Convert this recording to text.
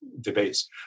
debates